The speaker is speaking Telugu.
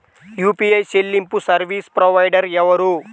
యూ.పీ.ఐ చెల్లింపు సర్వీసు ప్రొవైడర్ ఎవరు?